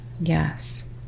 Yes